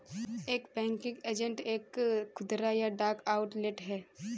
एक banking agent एक खुदरा या डाक आउटलेट है